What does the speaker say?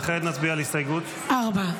וכעת נצביע על הסתייגות --- 4.